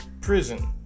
prison